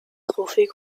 trophée